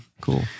Cool